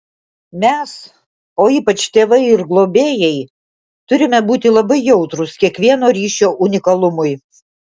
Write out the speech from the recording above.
mes o ypač tėvai ir globėjai turime būti labai jautrūs kiekvieno ryšio unikalumui